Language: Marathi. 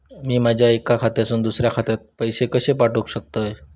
मी माझ्या एक्या खात्यासून दुसऱ्या खात्यात पैसे कशे पाठउक शकतय?